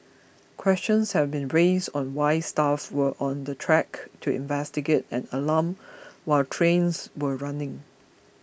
questions have been raised on why staff were on the track to investigate an alarm while trains were running